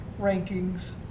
rankings